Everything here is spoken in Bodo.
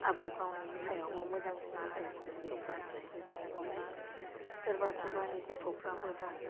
आबाद मावनायनि सायावबो मोजांसिननिफ्राय मोजांसिन जाबोनायखौ जों नुबाय सोरबा सोरबानि गथ'फ्राबो दा